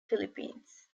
philippines